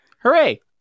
Hooray